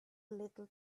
little